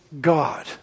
God